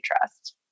trust